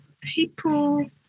people